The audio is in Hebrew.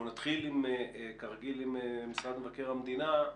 אנחנו נתחיל כרגיל עם משרד מבקר המדינה.